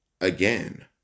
again